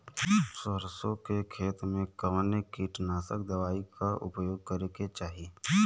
सरसों के खेत में कवने कीटनाशक दवाई क उपयोग करे के चाही?